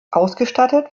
ausgestattet